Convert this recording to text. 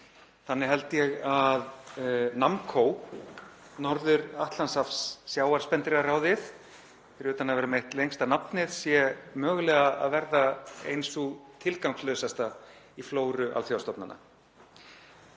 Þannig held ég að NAMMCO, Norður-Atlantshafs-sjávarspendýraráðið, sé fyrir utan að vera með eitt lengsta nafnið mögulega að verða ein sú tilgangslausasta í flóru alþjóðastofnana.